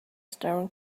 staring